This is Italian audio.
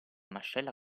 mascella